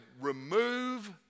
remove